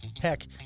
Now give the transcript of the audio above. Heck